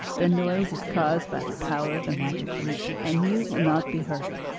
the noise is caused by the power of the magic root, and you will not be hurt.